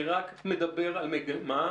אני רק מדבר על מגמה.